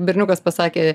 berniukas pasakė